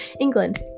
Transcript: England